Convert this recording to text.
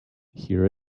here